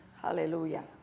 Hallelujah